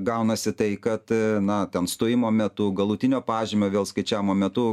gaunasi tai kad na ten stojimo metu galutinio pažymio vėl skaičiavimo metu